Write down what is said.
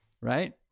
right